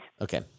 Okay